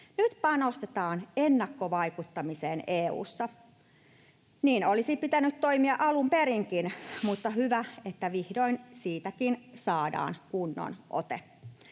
Nyt panostetaan ennakkovaikuttamiseen EU:ssa. Niin olisi pitänyt toimia alun perinkin, mutta on hyvä että vihdoin siitäkin saadaan kunnon ote.